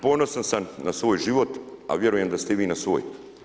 Ponosan sam na svoj život, a vjerujem da ste i vi na svoj.